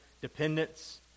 dependence